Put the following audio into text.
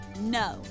No